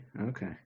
Okay